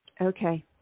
Okay